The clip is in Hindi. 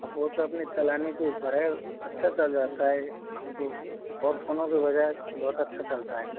और वो तो अपने चलाने के ऊपर है अच्छा चल जाता है हमको और फोनों के बजाय बहुत अच्छा चलता है